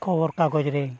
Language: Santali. ᱠᱷᱚᱵᱚᱨ ᱠᱟᱜᱚᱡᱽᱨᱮ